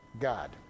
God